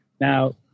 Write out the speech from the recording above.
now